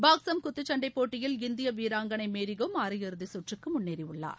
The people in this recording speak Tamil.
பாக்சம் குத்துச் சண்டை போட்டியில் இந்திய வீராங்கனை மேரிகோம் அரை இறுதி கற்றுக்கு முன்னேறியுள்ளார்